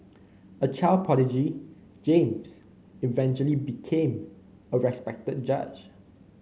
a child prodigy James eventually became a respected judge